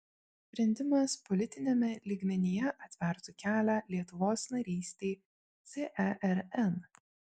sprendimas politiniame lygmenyje atvertų kelią lietuvos narystei cern